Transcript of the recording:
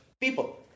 people